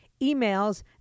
emails